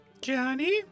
Johnny